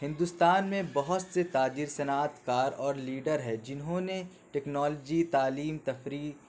ہندوستان میں بہت سے تاجر صنعت کار اور لیڈر ہے جنہوں نے ٹیکنالوجی تعلیم تفریح